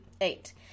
eight